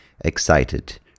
excited